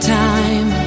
time